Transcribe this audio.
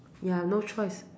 ya no choice